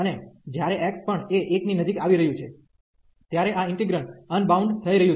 અને જ્યારે x પણ એ 1 ની નજીક આવી રહ્યું છે ત્યારે આ ઈન્ટિગ્રેન્ડ અનબાઉન્ડ થઈ રહ્યું છે